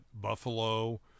Buffalo